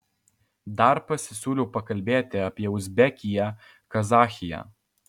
dar pasisiūliau pakalbėti apie uzbekiją kazachiją